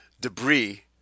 debris